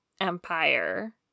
Empire